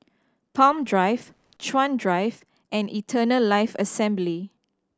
Palm Drive Chuan Drive and Eternal Life Assembly